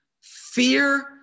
fear